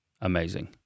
Amazing